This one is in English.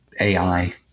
AI